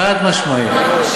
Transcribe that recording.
חד-משמעי,